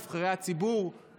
נבחרי הציבור,